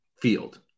field